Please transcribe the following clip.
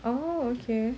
oh okay